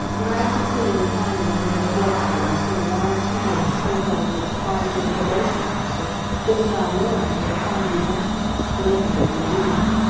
when i had succeeded in finding the nearest drug store i spent a wild ten minutes telephoning the surprised little probation officer, then frau nirlanger, and finally blackie, for no particular reason.